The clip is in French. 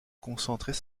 concentrent